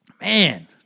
Man